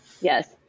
Yes